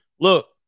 look